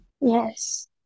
yes